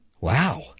Wow